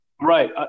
Right